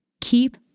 keep